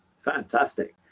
Fantastic